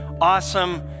awesome